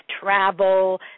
travel